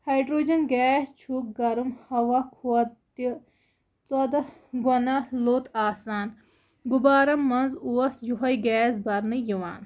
hydrogen gas چھُ گرم ہوا کھۄت تہِ ژۄدہ گۄنا لوٚت آسان غُبارن منٛز اوس یِہوے گیس برنہٕ یِوان